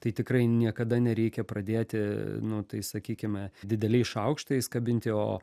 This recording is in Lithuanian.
tai tikrai niekada nereikia pradėti nu tai sakykime dideliais šaukštais kabinti o